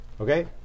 Okay